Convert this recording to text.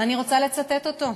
ואני רוצה לצטט אותו,